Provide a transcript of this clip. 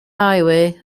highway